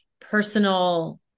personal